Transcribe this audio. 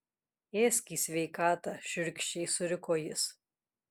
ėsk į sveikatą šiurkščiai suriko jis